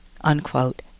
unquote